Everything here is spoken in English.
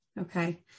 Okay